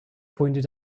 pointed